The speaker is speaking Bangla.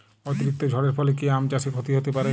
অতিরিক্ত ঝড়ের ফলে কি আম চাষে ক্ষতি হতে পারে?